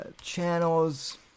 channels